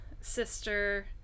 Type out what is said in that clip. sister